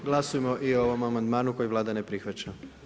Glasujmo i o ovom amandmanu koji Vlada ne prihvaća.